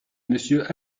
monsieur